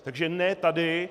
Takže ne tady.